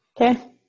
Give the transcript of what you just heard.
Okay